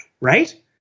right